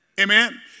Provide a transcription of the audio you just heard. Amen